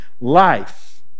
life